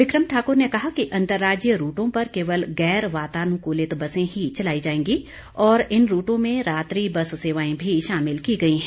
बिक्रम ठाकुर ने कहा कि अंतरराज्यीय रूटों पर केवल गैर वातानुकूलित बसें ही चलाई जाएंगी और इन रूटों में रात्रि बस सेवाएं भी शामिल की गई हैं